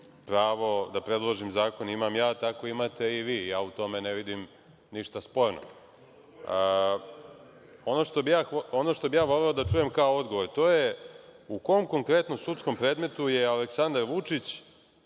pravo da predložim zakon imam ja, tako imate i vi i ja u tome ne vidim ništa sporno. Ono što bih ja voleo da čujem kao odgovor, a to je u kom konkretnom sudskom predmetu je Aleksandar Vučić